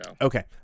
Okay